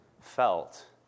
felt